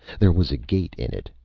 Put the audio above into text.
there was a gate in it,